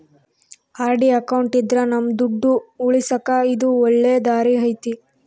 RD account ಇದ್ರ ನಮ್ ದುಡ್ಡು ಉಳಿಸಕ ಇದು ಒಳ್ಳೆ ದಾರಿ ಐತಿ